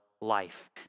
life